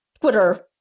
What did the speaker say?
Twitter